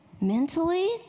mentally